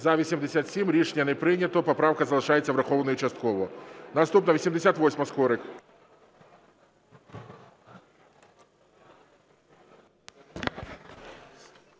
За-87 Рішення не прийнято. Поправка залишається врахованою частково. Наступна 88-а, Скорик.